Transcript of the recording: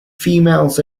females